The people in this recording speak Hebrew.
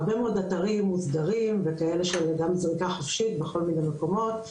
הרבה מאוד אתרים מוסדרים וכאלה שגם זריקה חופשית בכל מיני מקומות,